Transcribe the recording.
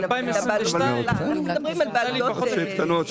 מדברים על בעלויות קטנות.